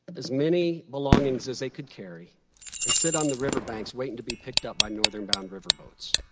as many belongings as they could carry and set on the river banks waiting to be picked up by northern bound river boats.